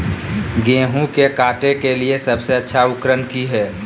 गेहूं के काटे के लिए सबसे अच्छा उकरन की है?